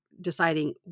deciding